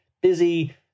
busy